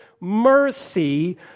mercy